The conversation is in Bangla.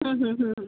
হুম হুম হুম হুম